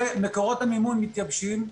מקורות המימון מתייבשים.